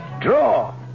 Draw